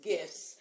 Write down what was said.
Gifts